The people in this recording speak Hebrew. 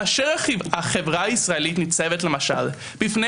כאשר החברה הישראלית ניצבת למשל בפני